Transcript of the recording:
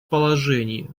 положений